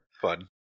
Fun